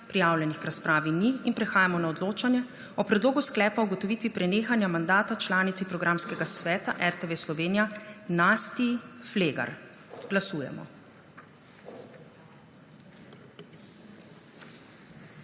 Prijavljenih k razpravi in prehajamo na odločanje o Predlogu sklepa o ugotovitvi prenehanja mandata članici Programskega sveta RTV Slovenija Nastii Flegar. Glasujemo.